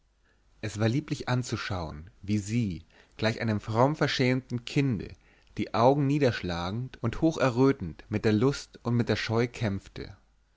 es war lieblich anzuschauen wie sie gleich einem frommverschämten kinde die augen niederschlagend und hocherrötend mit der lust und mit der scheu kämpfte